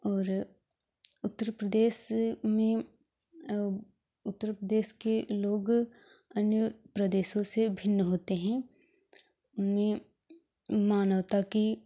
और उत्तर प्रदेश में में उत्तर प्रदेश के लोग अन्य प्रदेशों से भिन्न होते हैं में मानवता की